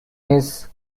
his